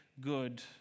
good